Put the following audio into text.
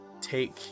take